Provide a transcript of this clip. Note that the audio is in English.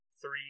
three